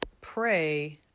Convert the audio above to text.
pray